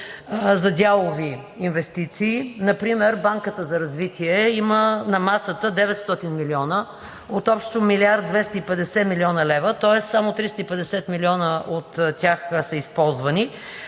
за дялови инвестиции. Например Банката за развитие има на масата 900 милиона от общо 1 млрд. 250 млн. лв., тоест само 350 милиона от тях са използвани.